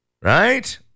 right